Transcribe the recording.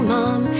Mom